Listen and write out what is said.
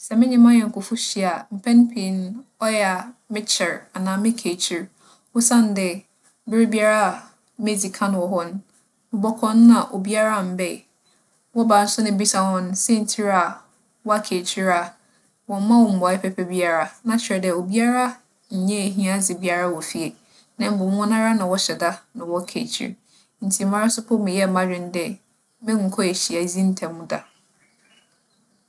Sɛ menye m'anyɛnkofo hyia a, mpɛn pii no, ͻyɛ a mekyɛr anaa meka ekyir. Osiandɛ, berbiara a medzi kan wͻ hͻ no, mobͻkͻ no na obiara mmbae. Wͻba so na ibisa hͻn siantsir a wͻaka ekyir a, wͻmma wo mbuae papa biara. Na kyerɛ dɛ, obiara nnyɛ ehiadze biara wͻ fie na mbom hͻnara na wͻhyɛ da na wͻka ekyir. Ntsi mara so mpo meyɛɛ m'adwen dɛ monnkͻ ehyiadzi ntsɛm da.